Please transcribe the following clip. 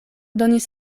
donis